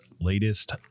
latest